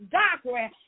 doctrine